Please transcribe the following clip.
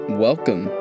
Welcome